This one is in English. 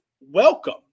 welcome